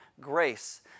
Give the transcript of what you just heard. grace